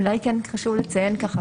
אולי כן חשוב לציין ככה,